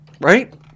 right